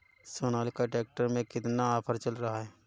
Sonalika tractor में कितना offer चल रहा है?